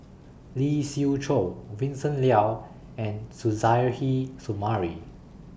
Lee Siew Choh Vincent Leow and Suzairhe Sumari